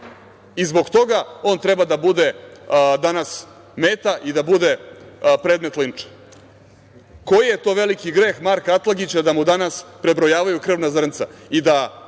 i zbog toga on treba da bude danas meta i da bude predmet linča. Koji je to veliki greh Marko Atlagića da mu danas prebrojavaju krvna zrnca i da